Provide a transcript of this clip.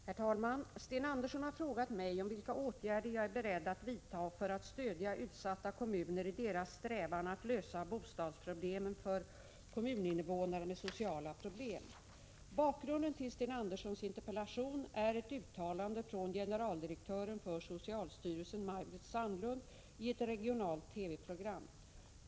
Herr talman! Sten Andersson i Malmö har frågat mig om vilka åtgärder jag är beredd att vidta för att stödja utsatta kommuner i deras strävan att lösa bostadsproblemen för kommuninnevånare med sociala problem. Bakgrunden till Sten Anderssons interpellation är ett uttalande från generaldirektören för socialstyrelsen Maj-Britt Sandlund i ett regionalt TV-program.